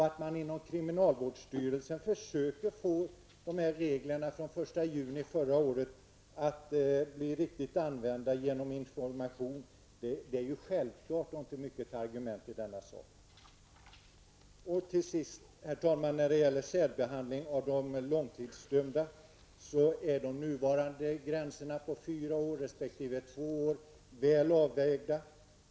Att man inom kriminalvårdsstyrelsen försöker få dessa regler från den 1 juni 1989 att bli riktigt använda genom information är ju självklart och inte mycket till argument i denna fråga. Till sist, herr talman, vill jag beträffande särbehandlingen av de långtidsdömda säga att de nuvarande gränserna på fyra resp. två år är väl avvägda.